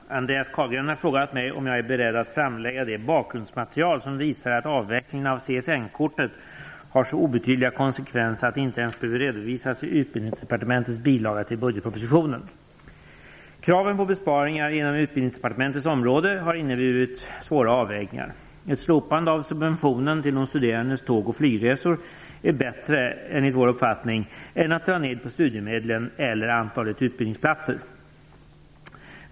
Fru talman! Andreas Carlgren har frågat mig om jag är beredd att framlägga det bakgrundsmaterial som visar att avvecklingen av CSN-kortet har så obetydliga konsekvenser att det inte ens behöver redovisas i Utbildningsdepartementets bilaga till budgetpropositionen. Kraven på besparingar inom Utbildningsdepartementets område har inneburit svåra avvägningar. Ett slopande av subventionen till de studerandes tåg och flygresor är bättre, enligt vår uppfattning, än att dra ned på studiemedlen eller antalet utbildningsplatser.